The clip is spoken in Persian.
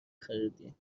خریدیم